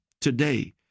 today